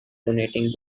donating